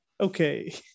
okay